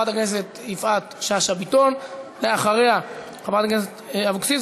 של חברת הכנסת יפעת שאשא ביטון וקבוצת חברי הכנסת.